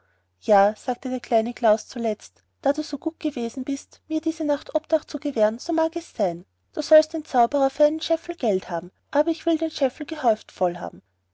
ja sagte der kleine klaus zuletzt da du so gut gewesen bist mir diese nacht obdach zu gewähren so mag es sein du sollst den zauberer für einen scheffel geld haben aber ich will den scheffel gehäuft voll haben